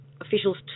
officials